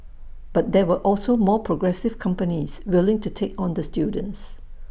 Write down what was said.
but there were also more progressive companies willing to take on the students